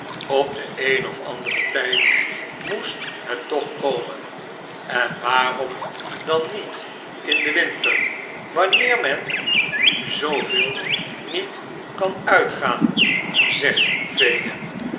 op den een of anderen tijd moest het toch komen en waarom dan niet in den winter wanneer men zooveel niet kan uitgaan zeg fagin